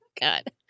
God